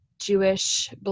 Jewish